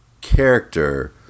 character